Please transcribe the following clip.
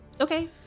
Okay